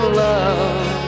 love